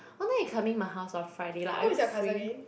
what time you coming my house on Friday like are you free